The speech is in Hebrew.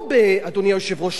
אדוני היושב-ראש,